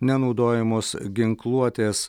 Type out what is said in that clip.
nenaudojamos ginkluotės